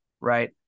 right